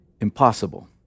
impossible